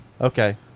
Okay